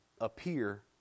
appear